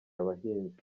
abahinzi